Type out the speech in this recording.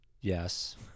yes